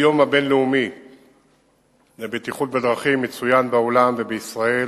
היום הבין-לאומי לבטיחות בדרכים מצוין בעולם ובישראל